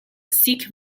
sikh